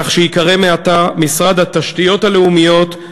כך שייקרא מעתה: משרד התשתיות הלאומיות,